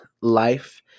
life